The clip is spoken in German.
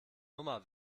nummer